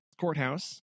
Courthouse